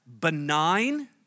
benign